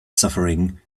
suffering